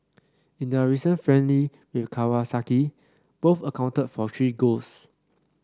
in their recent friendly with Kawasaki both accounted for three goals